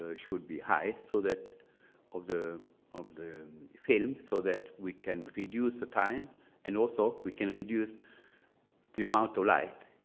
ah should be high so of the of the films, so that we can reduce the time and also we can reduce the amount of light.